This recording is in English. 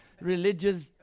religious